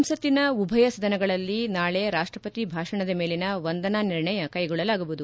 ಸಂಸತ್ತಿನ ಉಭಯ ಸದನಗಳಲ್ಲಿ ನಾಳೆ ರಾಷ್ಷಪತಿ ಭಾಷಣದ ಮೇಲಿನ ವಂದನಾ ನಿರ್ಣಯ ಕೈಗೊಳ್ಳಲಾಗುವುದು